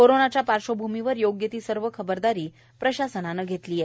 कोरोनाच्या पार्श्वभूमीवर योग्य ती सर्व खरबरदारी प्रशासनानं घेतली आहे